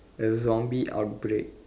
a zombie outbreak